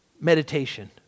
Meditation